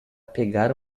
pegar